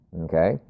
okay